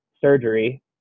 surgery